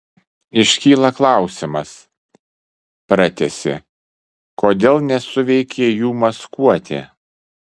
iškyla klausimas pratęsė kodėl nesuveikė jų maskuotė